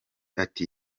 ati